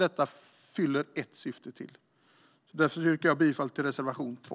Detta fyller alltså ett syfte till. Därför yrkar jag bifall till reservation 2.